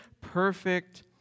perfect